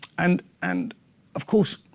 and and of course,